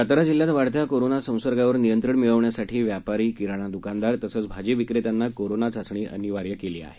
सातारा जिल्ह्यात वाढत्या कोरोना संसर्गावर नियंत्रण मिळवण्यासाठी व्यापारी किराणा दृकानदार तसंच भाजी विक्रेत्यांना कोरोना चाचणी अनिवार्य केली आहे